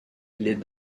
les